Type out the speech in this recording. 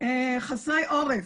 חסרי עורף.